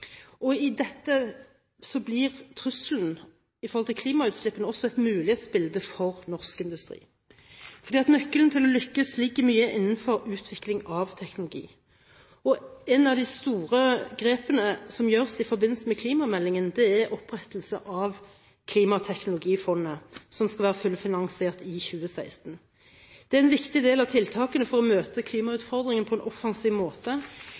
lavutslippsland. Ved dette blir trusselen med hensyn til klimagassutslippene også et mulighetsbilde for norsk industri. Nøkkelen til å lykkes ligger mye innenfor utvikling av teknologi. Et av de store grepene som gjøres i forbindelse med klimameldingen, er opprettelsen av et klimateknologifond, som skal være fullfinansiert i 2016. Det er en viktig del av tiltakene for å møte klimautfordringene på en offensiv måte,